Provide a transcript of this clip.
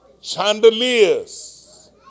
chandeliers